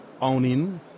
owning